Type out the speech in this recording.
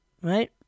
right